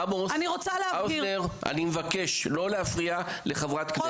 עמוס האוזנר אני מבקש לא להפריע לחברת כנסת.